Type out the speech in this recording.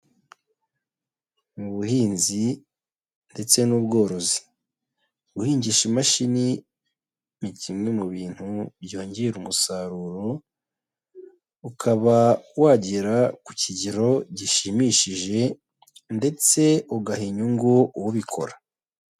Mu buhinzi ndetse n'ubworozi, guhingisha imashini ni kimwe mu bintu byongera umusaruro, ukaba wagera ku kigero gishimishije ndetse ugaha inyungu ubikora.